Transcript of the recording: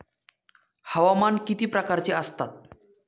हवामान किती प्रकारचे असतात?